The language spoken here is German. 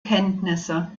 kenntnisse